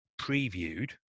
previewed